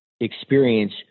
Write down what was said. experience